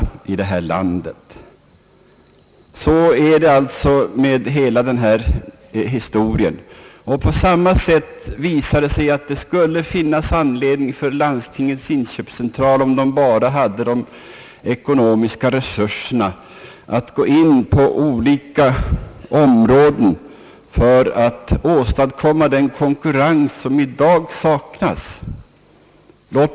Så förhåller det sig alltså med den historien, och det har visat sig att det finns anledning för Landstingens inköpscentral, om den bara hade de eko nomiska resurserna, att gå in på olika områden för att åstadkomma den konkurrens som i dag saknas.